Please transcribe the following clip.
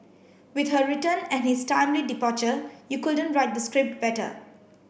with her return and his timely departure you couldn't write the script better